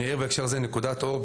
ביקשתם נקודת אור,